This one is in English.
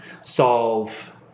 solve